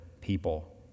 people